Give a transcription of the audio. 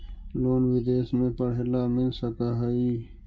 Loan विदेश में पढ़ेला मिल सक हइ?